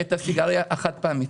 את הסיגריה החד פעמית.